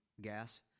gas